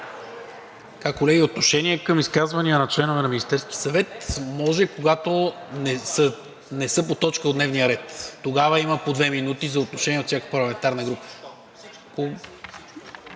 Колеги, отношение към изказвания на членове на Министерския съвет може, когато не са по точка от дневния ред. Тогава има по две минути за отношение от всяка парламентарна група,